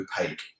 opaque